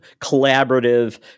collaborative